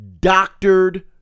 doctored